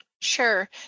Sure